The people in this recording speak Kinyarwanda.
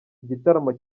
igitaramo